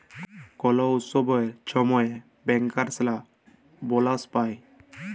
call উৎসবের ছময়তে ব্যাংকার্সরা বলাস পায়